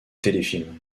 téléfilms